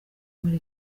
muri